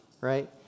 right